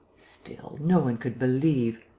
still, no one could believe.